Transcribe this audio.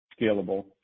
scalable